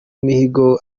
mihigo